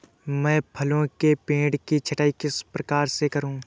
मैं फलों के पेड़ की छटाई किस प्रकार से करूं?